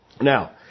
Now